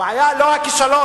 הבעיה לא הכישלון.